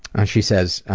and she says,